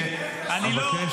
די, די, עשו לי טובה.